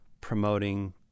promoting